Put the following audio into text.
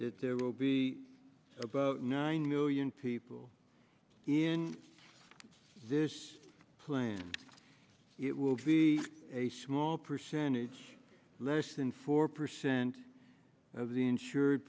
that there will be about nine million people in this plan it will be a small percentage less than four percent of the insured